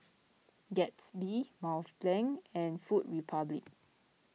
Gatsby Mont Blanc and Food Republic